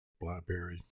blackberry